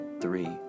three